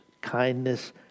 kindness